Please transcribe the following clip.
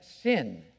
sin